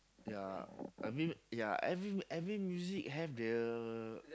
ya I mean ya every every music have the